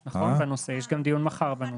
אני אגיד, יש גם דיון מחר בנושא.